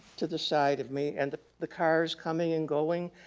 to the side of me and the the cars coming and going,